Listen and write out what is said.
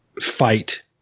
fight